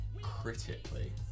critically